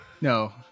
No